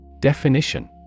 Definition